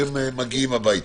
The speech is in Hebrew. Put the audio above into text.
שהם מגיעים הביתה.